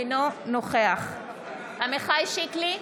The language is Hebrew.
אינו נוכח עמיחי שיקלי,